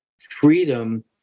freedom